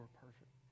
perfect